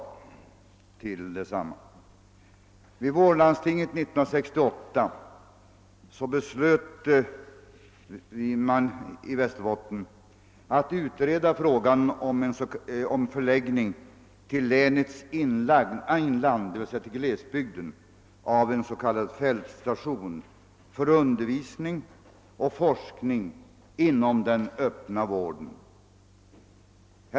Västerbottens läns landstings vårmöte 1968 beslöt att frågan om förläggning till länets inland — dvs. till glesbygden — av en s.k. fältstation för undervisning och forskning inom den öppna vården skulle utredas.